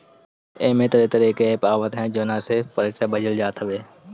एमे तरह तरह के एप्प आवत हअ जवना से पईसा भेजल जात हवे